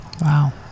wow